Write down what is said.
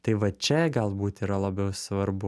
tai va čia galbūt yra labiau svarbu